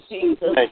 Jesus